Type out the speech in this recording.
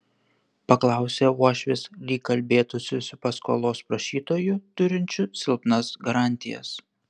paklausė uošvis lyg kalbėtųsi su paskolos prašytoju turinčiu silpnas garantijas